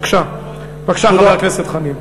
בבקשה, חבר הכנסת חנין.